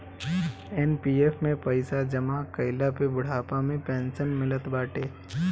NPF में पईसा जमा कईला पे बुढ़ापा में पेंशन मिलत बाटे